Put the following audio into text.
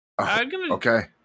Okay